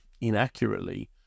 inaccurately